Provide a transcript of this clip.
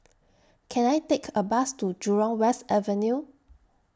Can I Take A Bus to Jurong West Avenue